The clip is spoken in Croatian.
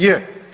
Je.